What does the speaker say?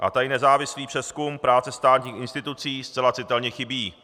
A tady nezávislý přezkum práce státních institucí zcela citelně chybí.